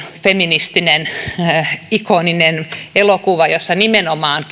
feministinen ikoninen elokuva joka nimenomaan